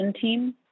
Team